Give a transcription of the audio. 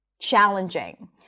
challenging